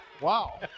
Wow